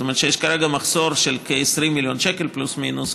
זאת אומרת שיש כרגע מחסור של כ-20 מיליון שקל פלוס-מינוס,